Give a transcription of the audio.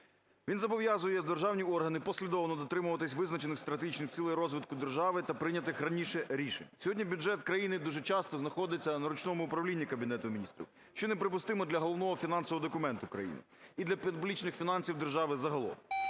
Він зобов'язує державні органи послідовно дотримуватись визначених стратегічних цілей розвитку держави та прийнятих раніше рішень. Сьогодні бюджет країни дуже часто знаходиться на ручному управлінні Кабінету Міністрів, що неприпустимо для головного фінансового документу країни і для публічних фінансів держави загалом.